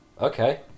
Okay